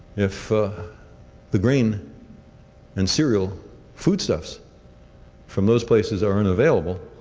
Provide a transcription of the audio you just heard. if the green and cereal food stuffs for most places are unavailable,